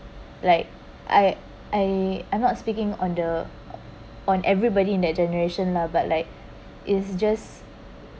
like I I I'm not speaking on the on everybody in that generation lah but like is just